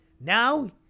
Now